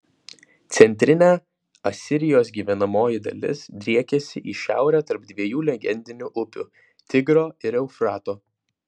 centrinė asirijos gyvenamoji dalis driekėsi į šiaurę tarp dviejų legendinių upių tigro ir eufrato